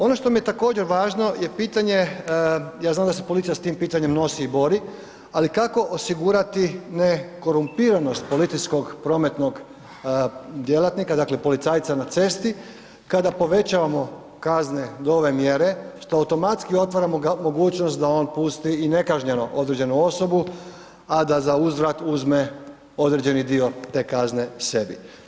Ono što mi je također važno je pitanje, ja znam da se policija s tim pitanjem nosi i bori, ali kako osigurati nekorumpiranost policijskog prometnog djelatnika, dakle policajca na cesti kada povećavamo kazne do ove mjere što automatski otvara mogućnost da on pusti i nekažnjeno određenu osobu a da zauzvrat uzme određeni dio te kazne sebi.